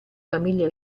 famiglia